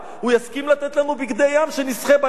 הוא יסכים לתת לנו בגדי-ים שנשחה בים.